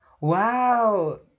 Wow